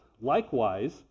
Likewise